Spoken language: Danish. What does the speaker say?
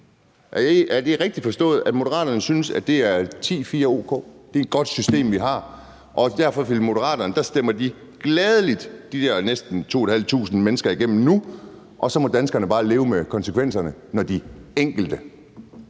Er det rigtigt forstået, at Moderaterne synes, at det er 10-4 og o.k., at det er et godt system, vi har, og at derfor stemmer Moderaterne gladelig de der næsten 2.500 mennesker igennem nu, og så må danskerne bare leve med konsekvenserne, når de enkelte,